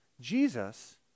Jesus